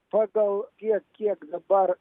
pagal tiek kiek dabar